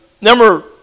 number